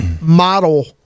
model